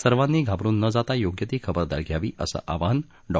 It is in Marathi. सर्वांनीच घाबरुन न जाता योग्य ती खबरदारी घ्यावी असं आवाहन डॉ